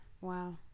wow